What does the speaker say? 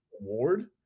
award